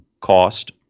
cost